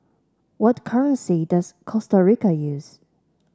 what currency does Costa Rica use